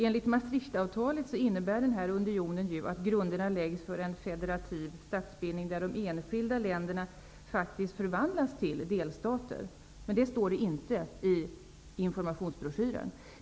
Enligt Maastrichtavtalet innebär den här unionen att grunderna läggs för en federativ statsbildning, där de enskilda länderna faktiskt förvandlas till delstater. Det står inte i informationsbroschyren.